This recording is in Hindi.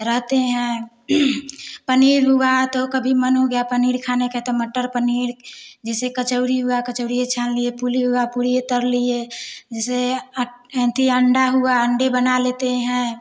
रहते हैं पनीर हुआ तो कभी मन हो गया पनीर खाने का तो मटर पनीर जैसे कचौड़ी हुआ कचौड़ी छान लिए पुली हुआ पूरी ही तल लिए जैसे अंडा हुआ अंडे बना लेते हैं